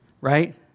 right